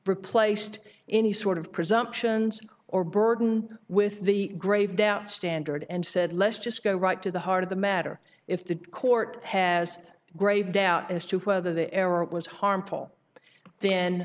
replaced any sort of presumptions or burden with the grave doubts standard and said let's just go right to the heart of the matter if the court has grave doubt as to whether the error was harmful th